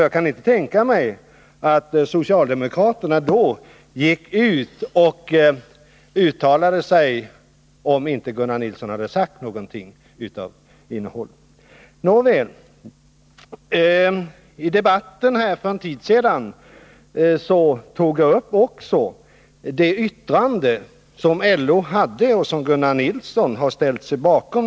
Jag kan inte tänka mig att socialdemokraterna skulle ha handlat på detta sätt, om inte Gunnar Nilsson hade uttalat sig på det sätt som jag nämnt. Jag togi en debatt för en tid sedan också upp det yttrande med anledning av pensionskommitténs förslag som LO och Gunnar Nilsson har ställt sig bakom.